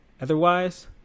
Otherwise